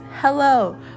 hello